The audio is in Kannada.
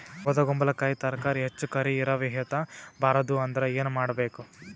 ಬೊದಕುಂಬಲಕಾಯಿ ತರಕಾರಿ ಹೆಚ್ಚ ಕರಿ ಇರವಿಹತ ಬಾರದು ಅಂದರ ಏನ ಮಾಡಬೇಕು?